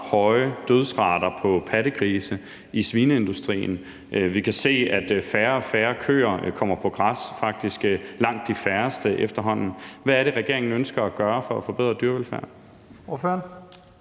høje dødsrater på pattegrise i svineindustrien, og vi kan se, at færre og færre køer kommer på græs; det er faktisk efterhånden langt de færreste. Hvad er det, regeringen ønsker at gøre for at forbedre dyrevelfærden?